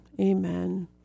Amen